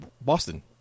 Boston